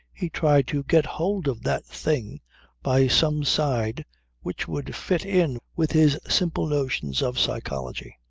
he tried to get hold of that thing by some side which would fit in with his simple notions of psychology.